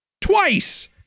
Twice